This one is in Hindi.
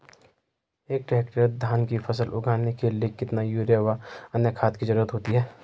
एक हेक्टेयर में धान की फसल उगाने के लिए कितना यूरिया व अन्य खाद की जरूरत होती है?